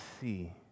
see